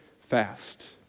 fast